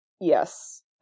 Yes